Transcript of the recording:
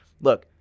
Look